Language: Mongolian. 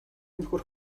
нөхөр